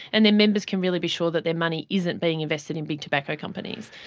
and their members can really be sure that their money isn't being invested in big tobacco companies.